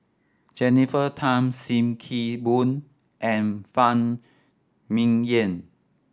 Jennifer Tham Sim Kee Boon and Phan Ming Yen